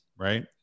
right